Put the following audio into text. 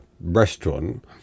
restaurant